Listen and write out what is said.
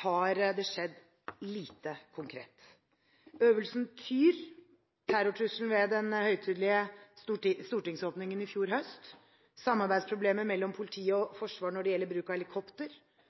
har det skjedd lite konkret. Øvelse Tyr, terrortrusselen ved den høytidelige stortingsåpningen i fjor høst, samarbeidsproblemer mellom politi og forsvar når det gjelder bruk av helikopter,